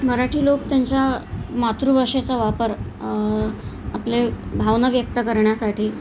मराठी लोक त्यांच्या मातृभाषेचा वापर आपले भावना व्यक्त करण्यासाठी